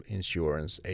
Insurance